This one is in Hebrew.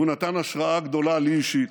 והוא נתן השראה גדולה לי אישית.